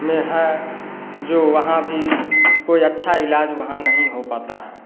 में है जो वहाँ भी कोई अच्छा इलाज़ वहाँ नहीं हो पाता है